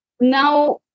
Now